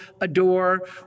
adore